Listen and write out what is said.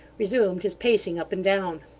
resumed his pacing up and down.